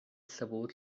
sabut